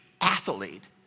athlete